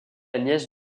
nièce